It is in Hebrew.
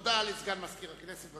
הודעה לסגן מזכיר הכנסת.